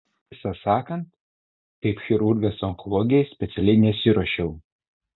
tiesą sakant kaip chirurgas onkologijai specialiai nesiruošiau